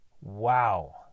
wow